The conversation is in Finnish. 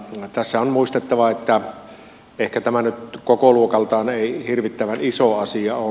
tässä on muistettava että ehkä tämä nyt ei kokoluokaltaan hirvittävän iso asia ole